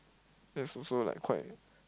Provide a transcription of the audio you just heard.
that's also like quite